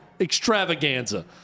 extravaganza